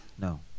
No